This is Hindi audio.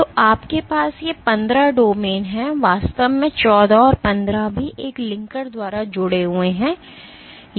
तो आपके पास ये 15 डोमेन हैं वास्तव में 14 और 15 भी एक लिंकर द्वारा जुड़े हुए हैं